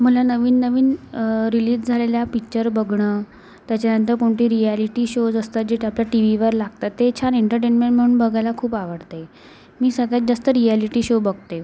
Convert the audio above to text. मला नवीन नवीन रिलीज झालेल्या पिच्चर बघणं त्याच्यानंतर कोणती रिअॅलिटी शोज असतात जे ते आपल्या टीव्हीवर लागतात ते छान एन्टरटेनमेंट म्हणून बघायला खूप आवडते मी सगळ्यात जास्त रिअॅलिटी शो बघते